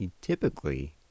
typically